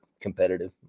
competitive